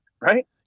Right